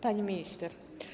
Pani Minister!